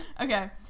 Okay